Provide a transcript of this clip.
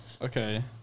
okay